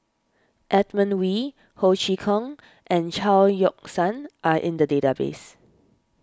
Edmund Wee Ho Chee Kong and Chao Yoke San are in the database